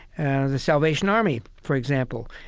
and the salvation army, for example,